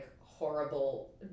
horrible